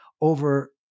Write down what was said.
over